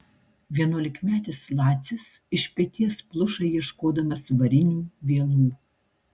vienuolikmetis lacis iš peties pluša ieškodamas varinių vielų